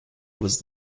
was